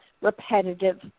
repetitive